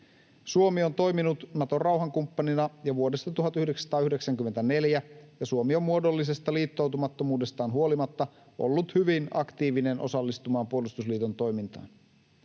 Suomi on toiminut Naton rauhankumppanina jo vuodesta 1994, ja Suomi on muodollisesta liittoutumattomuudestaan huolimatta ollut hyvin aktiivinen osallistumaan puolustusliiton toimintaan.